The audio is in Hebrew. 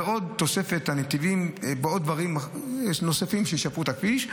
ועוד תוספת הנתיבים ודברים נוספים שישפרו את הכביש.